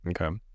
okay